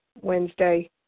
Wednesday